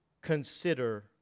consider